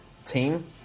Team